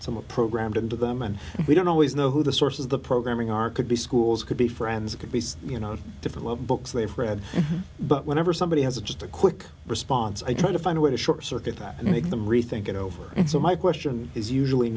some of programmed into them and we don't always know who the source of the programming are could be schools could be friends it could be you know different books they've read but whenever somebody has a just a quick response i try to find a way to short circuit that and make them rethink it over and so my question is usually